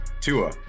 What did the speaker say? Tua